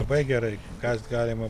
labai gerai kast galima